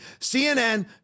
CNN